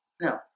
No